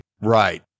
Right